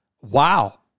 wow